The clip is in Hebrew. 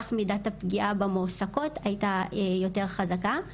כך מידת הפגיעה במועסקות הייתה יותר חזקה.